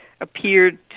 appeared